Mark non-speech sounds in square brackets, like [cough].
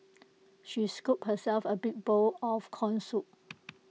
she scooped herself A big bowl of Corn Soup [noise]